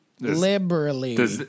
Liberally